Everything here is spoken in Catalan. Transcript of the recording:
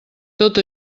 tot